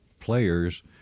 players